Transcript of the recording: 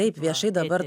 taip viešai dabar